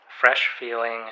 fresh-feeling